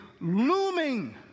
looming